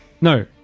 No